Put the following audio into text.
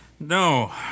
No